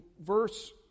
verse